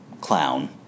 clown